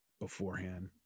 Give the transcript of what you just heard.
beforehand